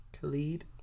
Khalid